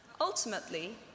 Ultimately